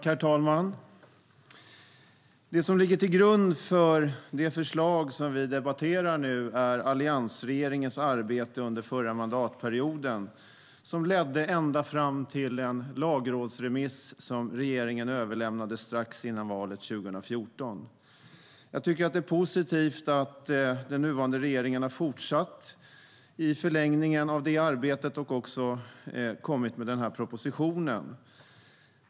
Herr talman! Det som ligger till grund för det förslag som vi nu debatterar är alliansregeringens arbete under förra mandatperioden. Det ledde ända fram till en lagrådsremiss som regeringen överlämnade strax före valet 2014. Det är positivt att den nuvarande regeringen har fortsatt i förlängningen av det arbetet och också kommit med propositionen.